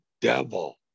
devil